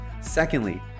Secondly